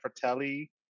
Fratelli